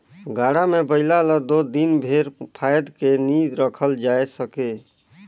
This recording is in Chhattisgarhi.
गाड़ा मे बइला ल दो दिन भेर फाएद के नी रखल जाए सके